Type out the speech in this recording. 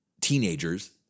teenagers